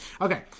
Okay